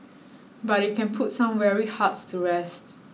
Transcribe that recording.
but it can put some weary hearts to rest